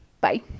Bye